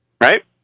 Right